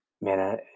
man